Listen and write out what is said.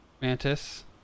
Mantis